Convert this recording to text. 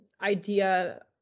idea